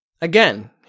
Again